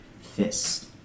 fist